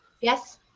Yes